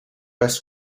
best